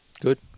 Good